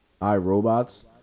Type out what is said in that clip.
iRobots